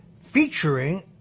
featuring